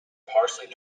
partially